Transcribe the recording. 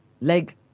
leg